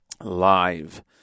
live